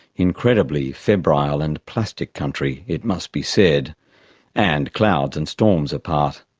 incredibly febrile and plastic country it must be said and clouds and storms apart,